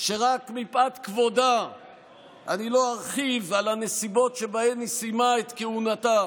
שרק מפאת כבודה אני לא ארחיב על הנסיבות שבהן היא סיימה את כהונתה.